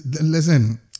Listen